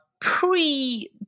pre-